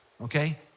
okay